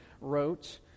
wrote